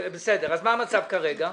אז מה המצב כרגע?